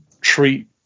treat